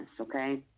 Okay